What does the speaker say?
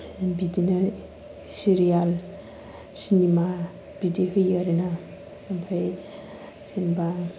बिदिनो serial cinema बिदि होयो आरो ना ओमफ्राय जेनबा